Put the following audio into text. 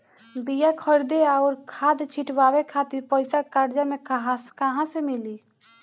बीया खरीदे आउर खाद छिटवावे खातिर पईसा कर्जा मे कहाँसे मिली?